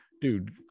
dude